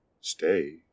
Stay